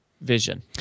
Vision